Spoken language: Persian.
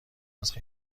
است